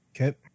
Okay